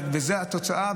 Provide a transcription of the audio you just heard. וזו התוצאה,